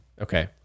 Okay